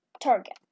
target